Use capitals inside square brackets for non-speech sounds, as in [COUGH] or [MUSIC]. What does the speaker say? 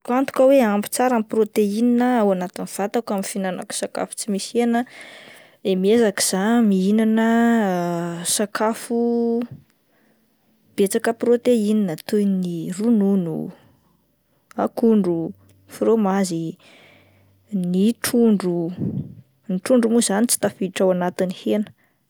Azoko antoka hoe ampy tsara ny proteina ao anatin'ny vatako amin'ny fihinanako sakafo tsy misy hena de miezaka zah mihinana [HESITATION] sakafo betsaka proteina toy ny ronono, akondro, fromazy, ny trondro, ny trondro mo izany tsy tafiditra ao anatin'ny hena.